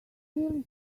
really